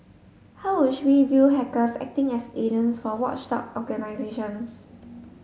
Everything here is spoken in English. how wish we view hackers acting as agents for watchdog organisations